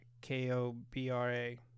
k-o-b-r-a